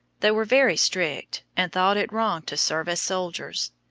they were very strict, and thought it wrong to serve as soldiers.